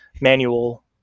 manual